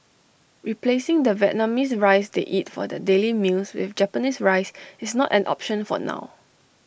replacing the Vietnamese rice they eat for their daily meals with Japanese rice is not an option for now